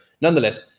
nonetheless